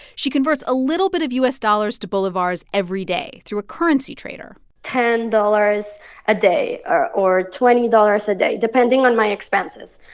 she converts a little bit of u s. dollars to bolivars every day through a currency trader ten dollars a day or or twenty dollars a day, depending on my expenses.